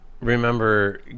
remember